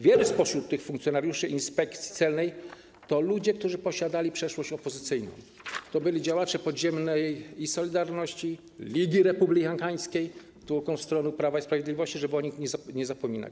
Wielu spośród funkcjonariuszy Inspekcji Celnej to ludzie, którzy posiadali przeszłość opozycyjną, to byli działacze podziemnej ˝Solidarności˝, Ligi Republikańskiej, tu ukłon w stronę Prawa i Sprawiedliwości, żeby o nich nie zapominać.